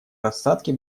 рассадки